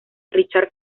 richard